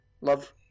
Love